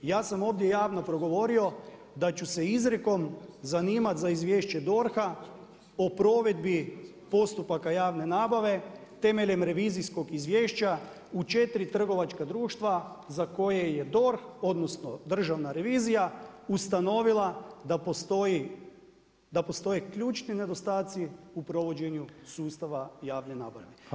Ja sam ovdje javno progovorio da ću se izrekom zanimati za izvješće DORH-a o provedbi postupaka javne nabave temeljem revizijskog izvješća u četiri trgovačka društva za koje je DORH odnosno Državna revizija ustanovila da postoje ključni nedostaci u provođenju sustava javne nabave.